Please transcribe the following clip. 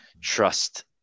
trust